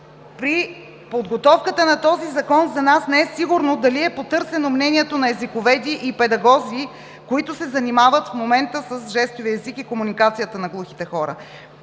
при подготовката на този Закон за нас не е сигурно дали е потърсено мнението на езиковеди и педагози, които се занимават в момента с жестовия език и комуникацията на глухите хора.